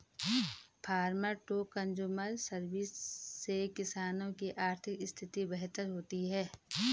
farmer to consumer service से किसानों की आर्थिक स्थिति बेहतर होती है